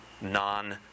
non